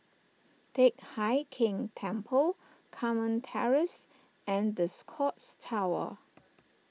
Teck Hai Keng Temple Carmen Terrace and the Scotts Tower